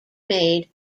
made